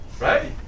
Right